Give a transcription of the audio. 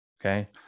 Okay